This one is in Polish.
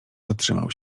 zatrzymał